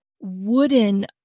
wooden